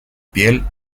piel